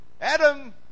Adam